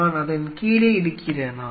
நான் அதன் கீழே இருக்கிறேனா